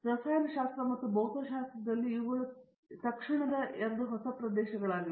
ರಸಾಯನಶಾಸ್ತ್ರ ಮತ್ತು ಭೌತಶಾಸ್ತ್ರದಲ್ಲಿ ಇವುಗಳು ಎರಡು ತಕ್ಷಣದ ಪ್ರದೇಶಗಳಾಗಿವೆ